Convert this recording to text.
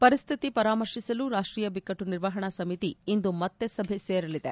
ಪರಿಸ್ವಿತಿ ಪರಾಮರ್ಶಿಸಲು ರಾಷ್ಷೀಯ ಬಿಕ್ಕಟ್ಟು ನಿರ್ವಹಣಾ ಸಮಿತಿ ಇಂದು ಮತ್ತೆ ಸಭೆ ಸೇರಲಿದೆ